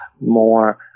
more